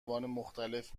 مختلف